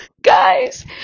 guys